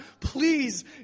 please